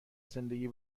زندگی